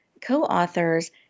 co-authors